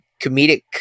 comedic